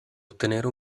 ottenere